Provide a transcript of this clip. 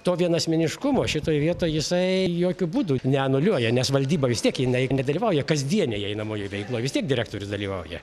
to vienasmeniškumo šitoj vietoj jisai jokiu būdu neanuliuoja nes valdyba vis tiek jinai nedalyvauja kasdienėje einamoj veikloj vis tiek direktorius dalyvauja